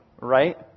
right